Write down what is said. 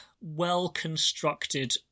well-constructed